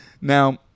Now